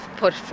put